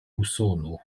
usono